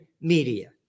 media